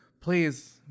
Please